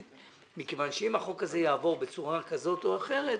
מכיוון שאם החוק הזה יעבור בצורה כזאת או אחרת,